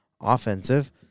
offensive